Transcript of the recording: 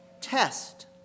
test